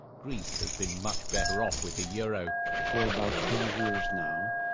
greece has been much better off with the euro for about ten years now,